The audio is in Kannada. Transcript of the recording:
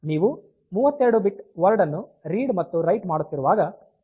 ನೀವು 32 ಬಿಟ್ ವರ್ಡ್ ಅನ್ನು ರೀಡ್ ಮತ್ತು ರೈಟ್ ಮಾಡುತ್ತಿರುವಾಗ ಯಾವುದೇ ವ್ಯತ್ಯಾಸ ಕಾಣುವುದಿಲ್ಲ